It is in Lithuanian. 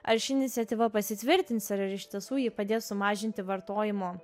ar ši iniciatyva pasitvirtins ar iš tiesų ji padės sumažinti vartojimo